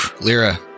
Lyra